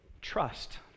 trust